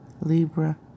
Libra